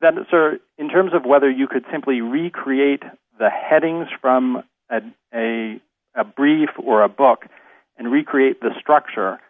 that it's in terms of whether you could simply recreate the headings from add a a brief or a book and recreate the structure